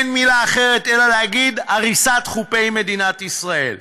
אין מילה אחרת אלא להגיד: הריסת חופי מדינת ישראל.